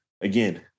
again